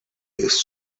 ist